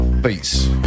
beats